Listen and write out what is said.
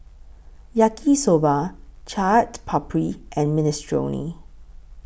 Yaki Soba Chaat Papri and Minestrone